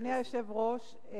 אדוני היושב-ראש,